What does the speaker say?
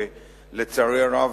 שלצערי הרב,